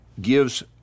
gives